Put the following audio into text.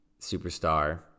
superstar